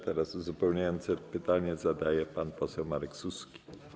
Teraz uzupełniające pytanie zadaje pan poseł Marek Suski.